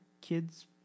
kids